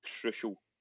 crucial